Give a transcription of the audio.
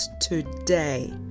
today